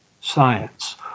science